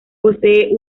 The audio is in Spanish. posee